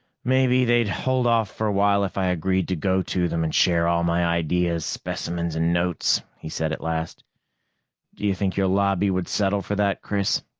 maybe they'd hold off for a while if i agreed to go to them and share all my ideas, specimens and notes, he said at last. do you think your lobby would settle for that, chris?